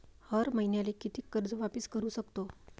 हर मईन्याले कितीक कर्ज वापिस करू सकतो?